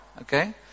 okay